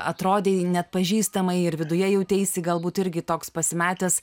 atrodei neatpažįstamai ir viduje jauteisi galbūt irgi toks pasimetęs